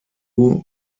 who